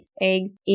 eggs